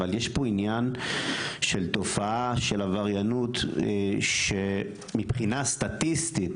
אבל יש פה עניין של תופעה של עבריינות שמבחינה סטטיסטית,